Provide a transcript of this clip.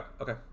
okay